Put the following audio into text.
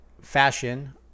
fashion –